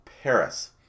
Paris